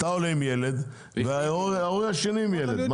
אתה עולה עם ילד וההורה השני עם ילד.